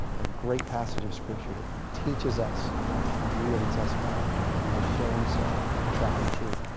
a great passage of scripture that teaches us that we are to test god and he'll show himself tried and true.